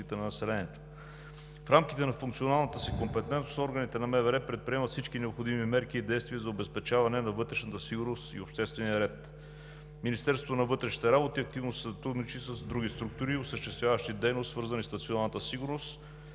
В рамките на функционалната си компетентност органите на МВР предприемат всички необходими мерки и действия за обезпечаване на вътрешната сигурност и обществения ред. Министерството на вътрешните работи активно сътрудничи с други структури, осъществяващи дейност, свързана с националната сигурност,